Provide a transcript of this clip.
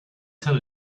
tell